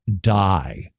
die